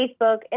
Facebook